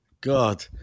God